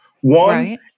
One